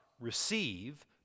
receive